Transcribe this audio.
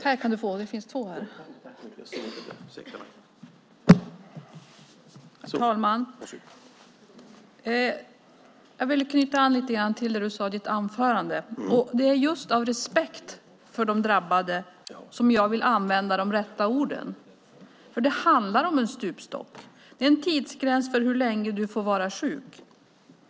Herr talman! Jag vill knyta an till det du sade i ditt anförande, Lars Gustafsson. Det är just av respekt för de drabbade som jag vill använda de rätta orden. Det handlar om en stupstock. Det är en tidsgräns för hur länge du får vara sjuk.